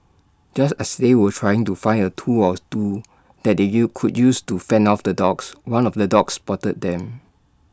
just as they were trying to find A tool or two that they you could use to fend off the dogs one of the dogs spotted them